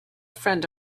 friend